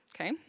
Okay